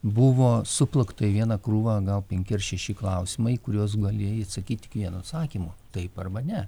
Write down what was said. buvo suplakta į vieną krūvą gal penki ar šeši klausimai į kuriuos galėjai atsakyti vienu atsakymu taip arba ne